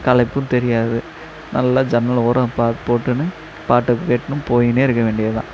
களைப்பும் தெரியாது நல்லா ஜன்னல் ஒரம் பாட்டு போட்டுனு பாட்டை கேட்டுனு போயின்னே இருக்க வேண்டிய தான்